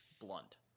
blunt